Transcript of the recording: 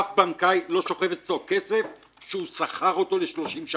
אף בנקאי לא שוכב אצלו כסף שהוא שכר אותו ל-30 שנה.